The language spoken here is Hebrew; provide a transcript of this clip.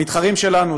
המתחרים שלנו,